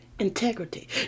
Integrity